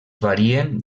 varien